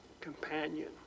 companion